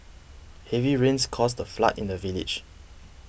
heavy rains caused a flood in the village